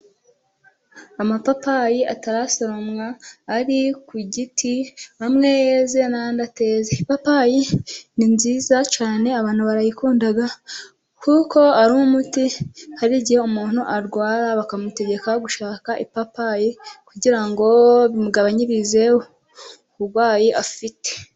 Amapapayi atarasoromwa ari ku giti, amwe yeze andi ateze. Ipapayi ni nziza cyane abantu barayikunda kuko ari umuti. Hari igihe umuntu arwara bakamutegeka gushaka ipapayi kugira ngo bimugabanyirize uburwayi afite.